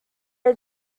are